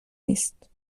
نیست